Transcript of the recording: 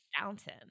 fountain